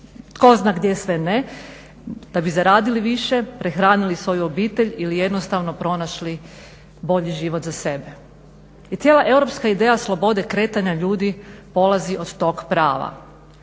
tko zna gdje sve ne da bi zaradili više, prehranili svoju obitelj ili jednostavno pronašli bolji život za sebe. I cijela europska ideja slobode kretanja ljudi polazi od tog prava,